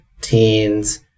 teens